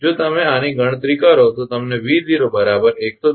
જો તમે આની ગણતરી કરો તો તમને 𝑉0 110